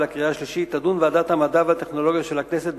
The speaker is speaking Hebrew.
ולקריאה השלישית תדון ועדת המדע והטכנולוגיה של הכנסת,